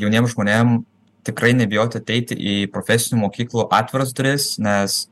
jauniem žmonėm tikrai nebijoti ateiti į profesinių mokyklų atviras duris nes